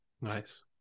nice